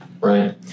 Right